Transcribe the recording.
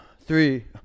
three